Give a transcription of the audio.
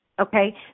okay